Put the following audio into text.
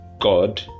god